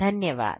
धन्यवाद